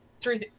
three